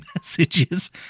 messages